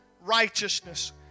righteousness